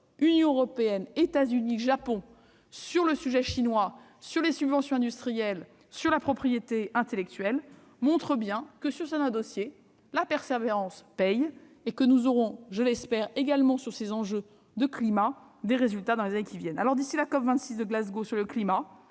l'Union européenne, les États-Unis et le Japon sur le sujet chinois, sur les subventions industrielles et sur la propriété intellectuelle. Cela montre bien que, sur certains dossiers, la persévérance paye. J'espère que nous aurons également, sur ces enjeux de climat, des résultats dans les années qui viennent. D'ici à la COP26 de Glasgow sur le climat,